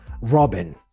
robin